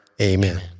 Amen